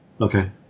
Okay